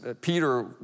Peter